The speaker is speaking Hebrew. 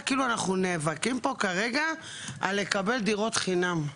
כאילו אנחנו נאבקים פה כרגע על לקבל דירות חינם.